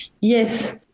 Yes